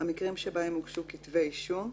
המקרים שבהם הוגשו כתבי אישום,